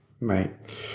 Right